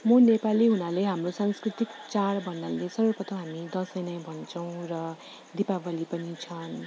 म नेपाली हुनाले हाम्रो सांस्कृतिक चाड भन्नाले सर्वप्रथम हामी दसैँ नै भन्छौँ र दीपावली पनि छन्